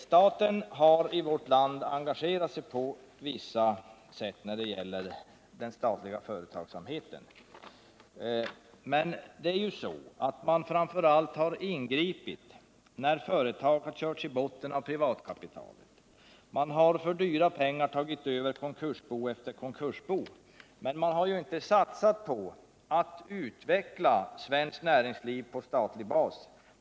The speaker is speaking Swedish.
Staten har i vårt land engagerat sig på visst sätt genom den statliga företagsamheten. Men staten har framför allt ingripit när företagen körts i botten av privatkapitalet. Staten har för dyra pengar tagit över konkursbo efter konkursbo, men man har inte satsat på att utveckla svenskt näringsliv på statlig bas.